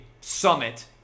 summit